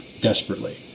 desperately